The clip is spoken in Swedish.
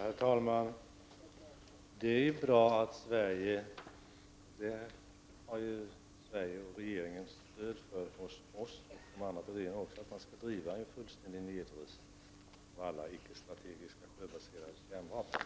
Herr talman! Det är bra att den svenska regeringen, och i den frågan har regeringen stöd av oss i vpk och av de andra patierna också, i alla sammanhang driver linjen att det skall ske en fullständig nedrustning av alla ickestrategiska sjöbaserade kärnvapen.